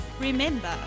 Remember